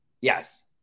Yes